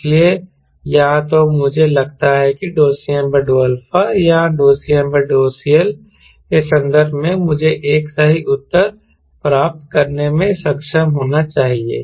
इसलिए या तो मुझे लगता है किCm∂α या CmCL के संदर्भ में मुझे एक सही उत्तर प्राप्त करने में सक्षम होना चाहिए